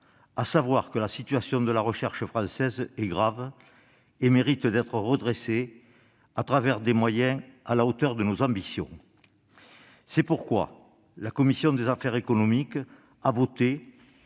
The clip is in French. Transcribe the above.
à savoir que la situation de la recherche française est grave et mérite d'être redressée par le biais de moyens qui soient à la hauteur de nos ambitions. Pour cette raison, la commission des affaires économiques a voté,